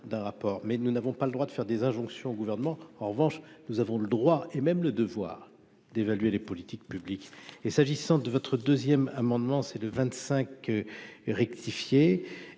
d'un rapport, mais nous n'avons pas le droit de faire des injonctions au gouvernement, en revanche, nous avons le droit et même le devoir d'évaluer les politiques publiques et s'agissant de votre 2ème amendement c'est le vingt-cinq